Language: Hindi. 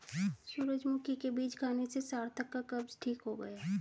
सूरजमुखी के बीज खाने से सार्थक का कब्ज ठीक हो गया